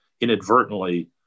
inadvertently